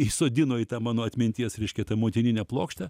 įsodino į tą mano atminties reiškia tą motininę plokštę